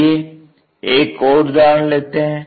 आइए एक और उदाहरण लेते है